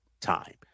time